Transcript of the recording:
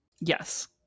Yes